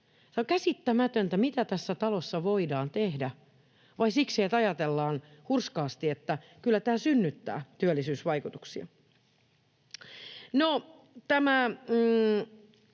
on käsittämätöntä, mitä tässä talossa voidaan tehdä vain siksi, että ajatellaan hurskaasti, että kyllä tämä synnyttää työllisyysvaikutuksia.